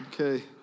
Okay